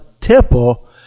temple